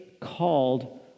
called